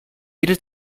jede